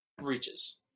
reaches